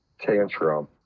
Tantrum